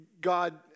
God